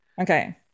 okay